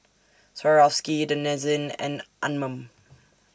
Swarovski Denizen and Anmum